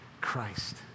Christ